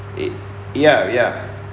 it ya ya